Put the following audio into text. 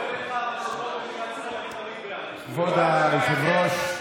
כבוד היושב-ראש,